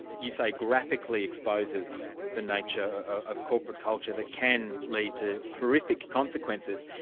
you say graphically exposes the nature of corporate culture that can lead to horrific consequences,